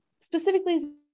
specifically